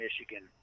Michigan